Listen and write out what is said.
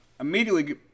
immediately